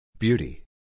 Beauty